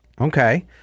Okay